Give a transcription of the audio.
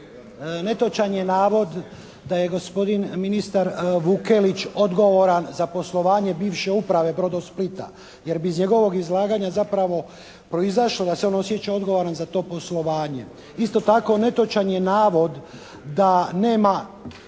Netočan je navod da je gospodin ministar Vukelić odgovoran za poslovanje bivše Uprave “Brodosplita“ jer bi iz njegovog izlaganja zapravo proizašlo da se on osjeća odgovoran za to poslovanje. Isto tako, netočan je navod da nema